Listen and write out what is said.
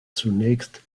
zunächst